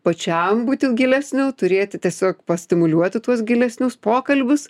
pačiam būti gilesniu turėti tiesiog pastimuliuoti tuos gilesnius pokalbius